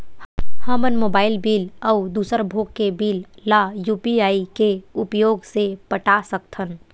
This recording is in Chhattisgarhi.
हमन मोबाइल बिल अउ दूसर भोग के बिल ला यू.पी.आई के उपयोग से पटा सकथन